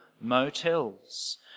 motels